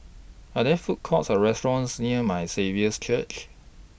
Are There Food Courts Or restaurants near My Saviour's Church